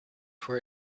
for